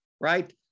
right